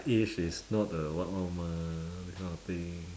age is not the what what [one] mah that kind of thing